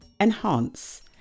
enhance